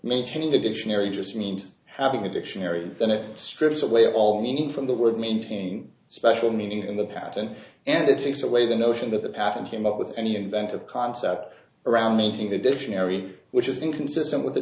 maintaining the dictionary just means having a dictionary then it strips away all meaning from the word maintaining a special meaning in the patent and it takes away the notion that the patent came up with any inventive concept around meeting the dictionary which is inconsistent with the